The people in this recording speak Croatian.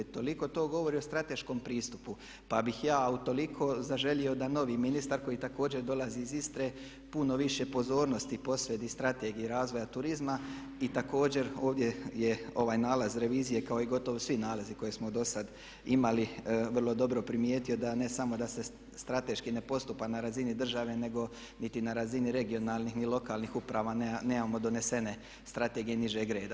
Toliko to govori o strateškom pristupu, pa bih ja utoliko zaželio da novi ministar koji također dolazi iz Istre puno više pozornosti posveti Strategiji razvoja turizma i također ovdje je ovaj nalaz revizije kao i gotovo svi nalazi koje smo do sad imali vrlo dobro primijetio da ne samo da se strateški ne postupa na razini države nego niti na razini regionalnih ni lokalnih uprava nemamo donesene strategije nižeg reda.